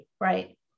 right